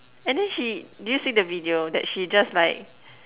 and then she did you see the video that she just like